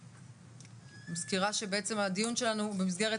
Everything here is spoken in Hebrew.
אני מזכירה שהדיון שלנו הוא במסגרת